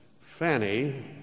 Fanny